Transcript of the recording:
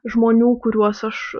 žmonių kuriuos aš